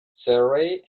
surrey